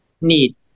need